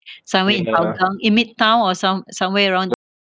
somewhere in Hougang in midtown or some somewhere around